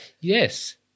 Yes